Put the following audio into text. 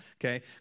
okay